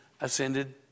ascended